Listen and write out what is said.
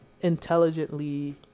intelligently